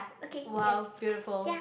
!wow! beautiful